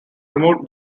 removed